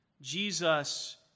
Jesus